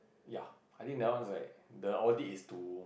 ya I think that one is like the audit is to